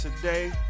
today